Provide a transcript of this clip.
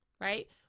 Right